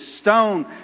stone